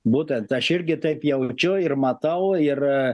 būtent aš irgi taip jaučiu ir matau ir